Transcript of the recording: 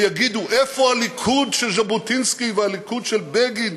ויגידו: איפה הליכוד של ז'בוטינסקי והליכוד של בגין?